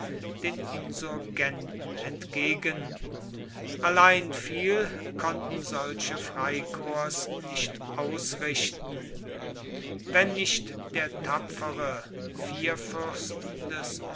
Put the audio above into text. den insurgenten entgegen allein viel konnten solche freikorps nicht ausrichten wenn nicht der tapfere vierfürst des